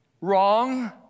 Wrong